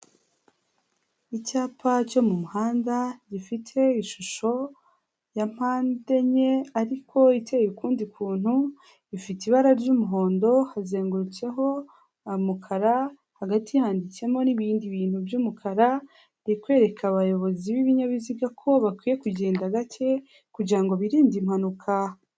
Icyapa cyo mu muhanda gifite ishusho ya mpande enye ariko iteye ukundi kuntu, gifite ibara ry'umuhondo hazengurutseho umukara, hagati handitsemo n'ibindi bintu by'umukara, kiri kwereka abayobozi b'ibinyabiziga ko bakwiye kugenda gake kugira ngo birinde impanuka.